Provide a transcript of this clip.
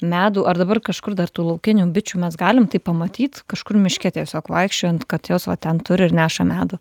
medų ar dabar kažkur dar tų laukinių bičių mes galim taip pamatyt kažkur miške tiesiog vaikščiojant kad jos va ten turi ir neša medų